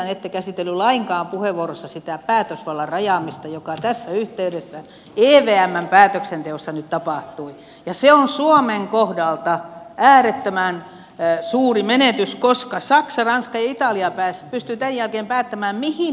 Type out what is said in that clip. ette käsitellyt lainkaan puheenvuorossa sitä päätösvallan rajaamista joka tässä yhteydessä evmn päätöksenteossa nyt tapahtui ja se on suomen kohdalta äärettömän suuri menetys koska saksa ranska ja italia pystyvät tämän jälkeen päättämään mihin ne rahat käytetään